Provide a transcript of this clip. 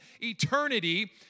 eternity